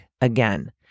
again